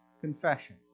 confession